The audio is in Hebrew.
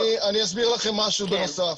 אני אסביר לכם משהו בנוסף.